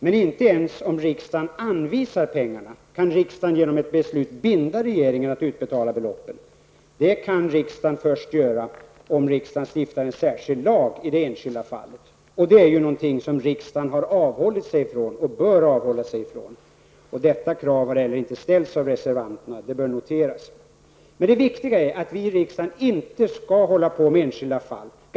Men inte ens om riksdagen anvisar pengarna kan riksdagen genom ett beslut binda regeringen att utbetala beloppet. Det kan riksdagen göra först om riksdagen stiftar en särskild lag i det enskilda fallet, och det är ju någonting som riksdagen har avhållit sig från och bör avhålla sig från. Något sådant krav har heller inte ställts av reservanterna -- det bör noteras. Men det viktiga är att vi i riksdagen inte skall hålla på med enskilda fall.